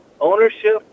ownership